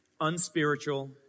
unspiritual